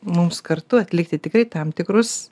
mums kartu atlikti tikrai tam tikrus